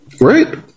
Right